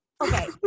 Okay